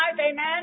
Amen